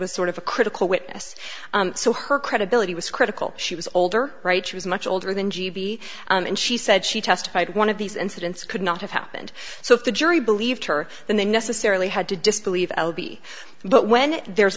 was sort of a critical witness so her credibility was critical she was older right she was much older than g b and she said she testified one of these incidents could not have happened so if the jury believed her then they necessarily had to disbelieve but when there's